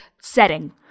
setting